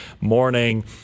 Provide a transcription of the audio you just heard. morning